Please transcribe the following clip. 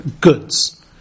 goods